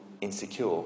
insecure